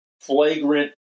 flagrant